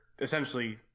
essentially